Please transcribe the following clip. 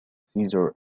caesar